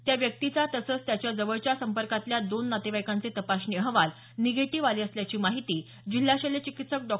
त्या व्यक्तीचा तसंच त्याच्या जवळच्या संपर्कातील दोन नातेवाईकांचे तपासणी अहवाल हे निगेटीव्ह आले असल्याची माहिती जिल्हा शल्य चिकित्सक डॉ